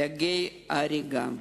לגיא ההרגה.